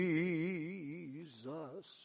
Jesus